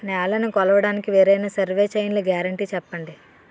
నేలనీ కొలవడానికి వేరైన సర్వే చైన్లు గ్యారంటీ చెప్పండి?